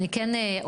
אני כן אומר,